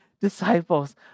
disciples